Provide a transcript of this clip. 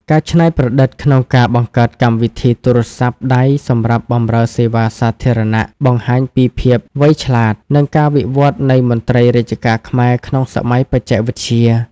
ការច្នៃប្រឌិតក្នុងការបង្កើតកម្មវិធីទូរស័ព្ទដៃសម្រាប់បម្រើសេវាសាធារណៈ បង្ហាញពីភាពវៃឆ្លាត និងការវិវត្តនៃមន្ត្រីរាជការខ្មែរក្នុងសម័យបច្ចេកវិទ្យា។